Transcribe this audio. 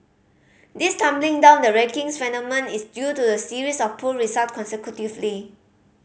this tumbling down the rankings phenomenon is due to a series of poor result consecutively